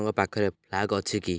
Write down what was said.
ଆପଣଙ୍କ ପାଖରେ ଫ୍ଲାସ୍କ୍ ଅଛି କି